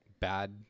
bad